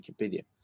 Wikipedia